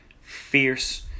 fierce